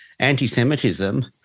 anti-Semitism